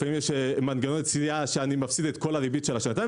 ולפעמים יש מנגנון יציאה שאני מפסיד את כל הריבית של השנתיים,